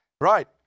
Right